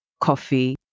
coffee